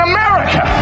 America